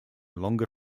longer